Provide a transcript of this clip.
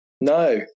No